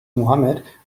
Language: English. muhammad